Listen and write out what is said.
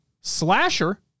Slasher